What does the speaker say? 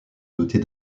dotées